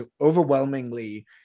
overwhelmingly